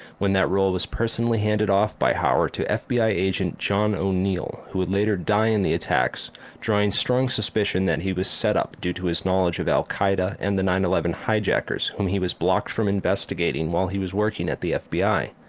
when that role was personally handed off by hauer to fbi agent john o'neil who would later die in the attacks drawing strong suspicion that he was set-up due to his knowledge of al qaeda and the nine eleven hijackers, whom he was blocked from investigating while he was working at the fbi.